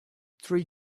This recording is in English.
three